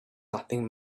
nothing